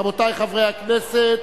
רבותי חברי הכנסת,